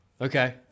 Okay